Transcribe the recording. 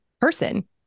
person